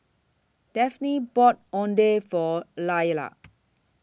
Daphne bought Oden For Lyla